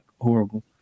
horrible